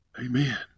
Amen